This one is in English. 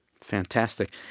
fantastic